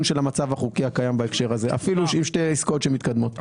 של המצב החוקי הקיים בהקשר הזה אפילו שיהיו שתי עסקאות שמתקדמות.